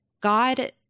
God